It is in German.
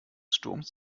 sturms